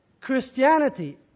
Christianity